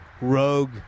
rogue